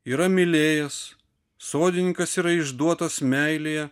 yra mylėjęs sodininkas yra išduotas meilėje